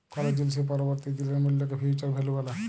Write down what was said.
call জিলিসের পরবর্তী দিলের মূল্যকে ফিউচার ভ্যালু ব্যলে